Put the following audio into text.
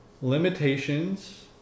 limitations